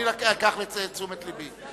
אני אקח את זה לתשומת לבי.